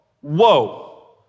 whoa